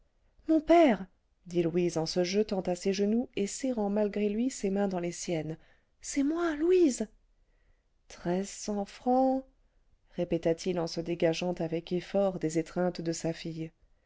mon père dit louise en se jetant à ses genoux et serrant malgré lui ses mains dans les siennes c'est moi louise treize cents francs répéta-t-il en se dégageant avec effort des étreintes de sa fille